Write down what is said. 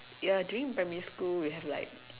ya during primary school we have like